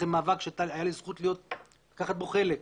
אחרי מאבק שהייתה לי את הזכות לקחת בו חלק,